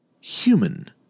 human